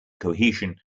cohesion